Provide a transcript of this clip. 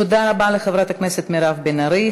תודה רבה לחברת הכנסת מירב בן ארי.